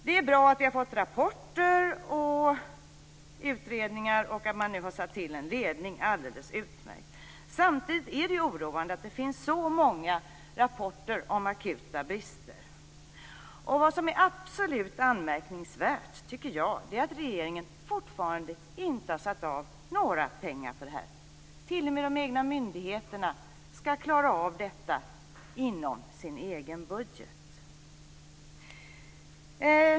Det är bra att vi har fått rapporter och utredningar och att man nu har satt till en ledning. Det är alldeles utmärkt. Samtidigt är det oroande att det finns så många rapporter om akuta brister. Vad som är absolut anmärkningsvärt är att regeringen fortfarande inte har satt av några pengar för det här. T.o.m. de egna myndigheterna skall klara av detta inom sin egen budget.